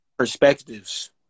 Perspectives